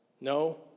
No